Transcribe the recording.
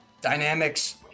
dynamics